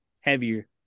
Heavier